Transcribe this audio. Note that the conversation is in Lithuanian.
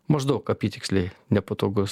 maždaug apytiksliai nepatogus